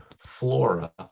flora